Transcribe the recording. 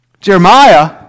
Jeremiah